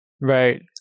Right